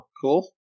Cool